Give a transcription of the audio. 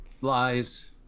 Lies